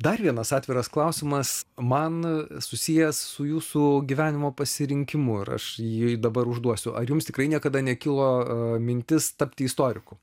dar vienas atviras klausimas man susijęs su jūsų gyvenimo pasirinkimu ir aš jį dabar užduosiu ar jums tikrai niekada nekilo mintis tapti istoriku